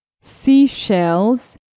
seashells